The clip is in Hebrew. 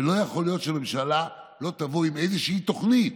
ולא יכול להיות שממשלה לא תבוא עם איזושהי תוכנית.